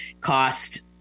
cost